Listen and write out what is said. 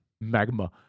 Magma